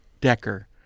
Decker